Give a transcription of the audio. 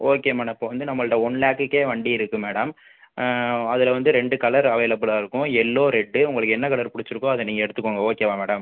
okay madam இப்போ வந்து நம்மள்கிட்ட ஒன் லாக்குக்கே வண்டி இருக்கு மேடம் அதில் வந்து ரெண்டு கலர் அவைலபுலாக இருக்கும் எல்லோ ரெட் உங்களுக்கு என்ன கலர் பிடிச்சிருக்கோ அதை நீங்கள் எடுத்துக்கோங்க ஓகேவா மேடம்